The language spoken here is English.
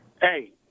Hey